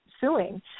suing